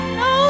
no